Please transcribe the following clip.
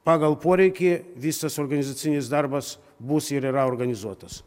pagal poreikį visas organizacinis darbas bus ir yra organizuotas